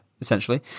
essentially